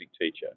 teacher